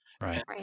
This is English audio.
Right